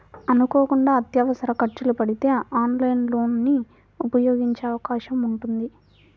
అనుకోకుండా అత్యవసర ఖర్చులు పడితే ఆన్లైన్ లోన్ ని ఉపయోగించే అవకాశం ఉంటుంది